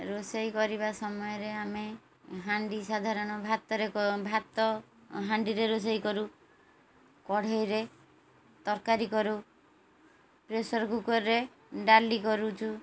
ରୋଷେଇ କରିବା ସମୟରେ ଆମେ ହାଣ୍ଡି ସାଧାରଣ ଭାତରେ ଭାତ ହାଣ୍ଡିରେ ରୋଷେଇ କରୁ କଢ଼େଇରେ ତରକାରୀ କରୁ ପ୍ରେସର କୁକରରେ ଡାଲି କରୁଛୁ